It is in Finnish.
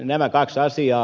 nämä kaksi asiaa